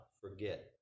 forget